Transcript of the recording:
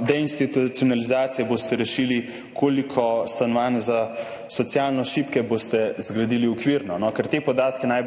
deinstitucionalizacije boste rešili, koliko stanovanj za socialno šibke boste zgradili, okvirno. Ker te podatke na